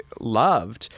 loved